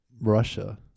Russia